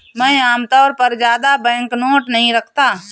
मैं आमतौर पर ज्यादा बैंकनोट नहीं रखता